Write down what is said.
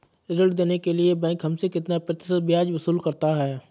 ऋण देने के लिए बैंक हमसे कितना प्रतिशत ब्याज वसूल करता है?